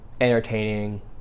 entertaining